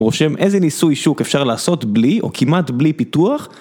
רושם איזה ניסוי שוק אפשר לעשות בלי, או כמעט בלי פיתוח?